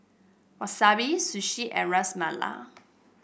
Wasabi Sushi and Ras Malai